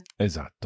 Esatto